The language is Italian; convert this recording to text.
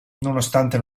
nonostante